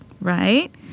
right